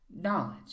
knowledge